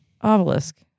Obelisk